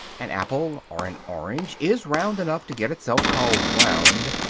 an apple or an orange is round enough to get itself called round,